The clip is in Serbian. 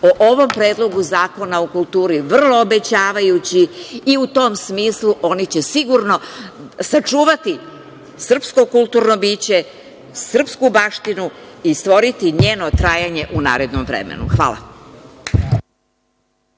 o ovom Predlogu zakona u kulturi vrlo obećavajući i u tom smislu oni će se sigurno sačuvati, srpsko kulturno biće, srpsku baštinu i stvoriti njeno trajanje u narednom vremenu. Hvala